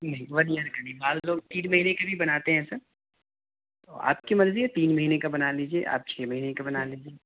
نہیں one year کا نہیں بعض لوگ تین مہینے کا بھی بناتے ہیں سر آپ کی مرضی ہے تین مہینے کا بنا لیجیے آپ چھ مہینے کا بنا لیجیے